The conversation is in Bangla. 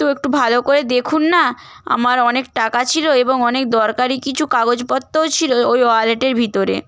তো একটু ভালো করে দেখুন না আমার অনেক টাকা ছিলো এবং অনেক দরকারি কিচু কাগজপত্রও ছিলো ওই ওয়ালেটের ভিতরে